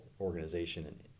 organization